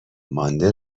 مانده